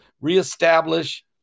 reestablish